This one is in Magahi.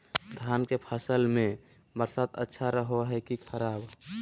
धान के फसल में बरसात अच्छा रहो है कि खराब?